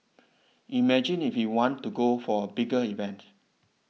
imagine if we want to go for a bigger event